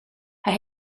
hij